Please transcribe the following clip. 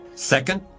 Second